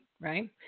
right